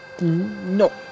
No